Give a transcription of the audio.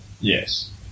Yes